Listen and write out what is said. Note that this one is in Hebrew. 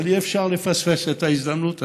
אבל אי-אפשר לפספס את ההזדמנות הזאת,